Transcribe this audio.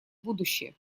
будущее